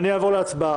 אני אעבור להצבעה.